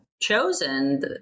chosen